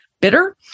bitter